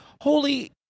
holy